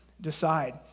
decide